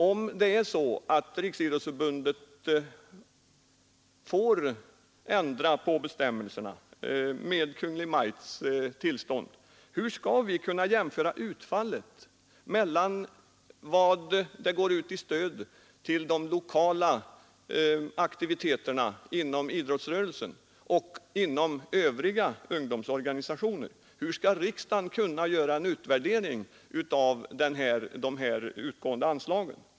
Om det är så att Riksidrottsförbundet med Kungl. Maj:ts tillstånd får ändra på bestämmelserna, hur skall vi då kunna jämföra vad som går ut i stöd till de lokala aktiviteterna inom idrottsrörelsen och vad som går till övriga ungdomsorganisationer? Hur skall riksdagen kunna göra en utvärdering av de utgående anslagen?